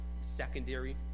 secondary